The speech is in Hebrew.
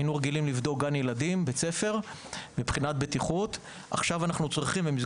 היינו רגילים לבדוק מבחינת בטיחות גן ילדים,